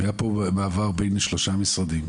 היה פה מעבר בין שלושה משרדים,